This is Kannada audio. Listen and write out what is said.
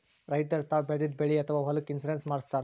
ರೈತರ್ ತಾವ್ ಬೆಳೆದಿದ್ದ ಬೆಳಿ ಅಥವಾ ಹೊಲಕ್ಕ್ ಇನ್ಶೂರೆನ್ಸ್ ಮಾಡಸ್ತಾರ್